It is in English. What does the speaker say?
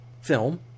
film